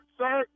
sir